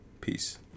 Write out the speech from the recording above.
Peace